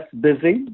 busy